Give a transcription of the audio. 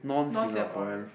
non Singaporean